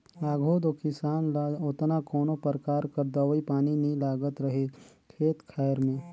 आघु दो किसान ल ओतना कोनो परकार कर दवई पानी नी लागत रहिस खेत खाएर में